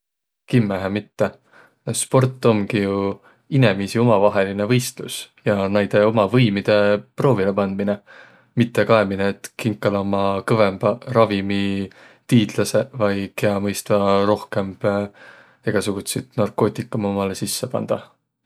Kimmähe mitte. Sport omgi ju inemiisi umavaihõlinõ võistlus ja näide uma võimidõ proovilõ pandminõ, mitte kaemine, et kinkal ummaq kõvõmbaq ravimi tiidläseq vai kiä mõistvaq rohkõmb egäsugutsit narkootikumõ umalõ sisse pandaq.